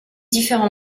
différent